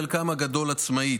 חלקם הגדול עצמאית,